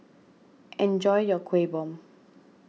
enjoy your Kueh Bom